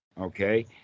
okay